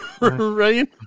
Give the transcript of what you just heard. Right